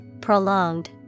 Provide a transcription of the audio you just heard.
prolonged